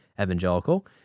evangelical